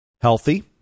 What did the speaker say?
Healthy